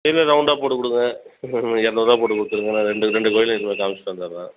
இல்லை ரவுண்டாக போட்டுக் கொடுங்க இருநூறுவா போட்டுக் கொடுத்துருங்க நான் ரெண்டு ரெண்டு கோயிலையும் நான் காமிச்சுட்டு வந்துடுறேன்